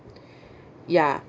ya